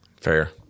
Fair